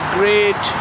great